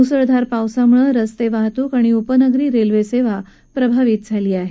मुसळधार पावसामुळं रस्ते वाहतूक आणि उपनगरी रेल्वे सेवा प्रभावित झाली आहे